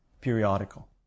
periodical